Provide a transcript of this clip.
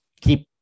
keep